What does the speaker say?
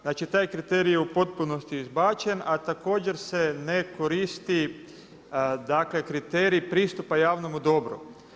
Znači, taj kriterij je u potpunosti izbačen, a također se ne koristi, dakle kriterij pristupa javnomu dobru.